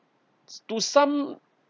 to some